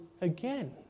again